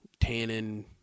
tannin